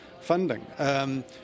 funding